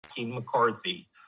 McCarthy